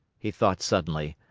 he thought suddenly.